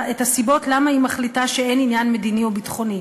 למה היא מחליטה שאין עניין מדיני או ביטחוני.